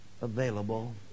available